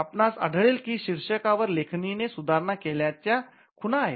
आपणास आढळेल की शीर्षकावर लेखणीने सुधारणा केल्याच्या खुणा आहेत